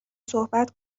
صحبت